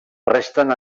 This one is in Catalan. resten